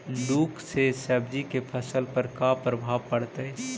लुक से सब्जी के फसल पर का परभाव पड़तै?